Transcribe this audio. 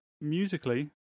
musically